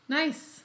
nice